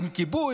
אין כיבוי,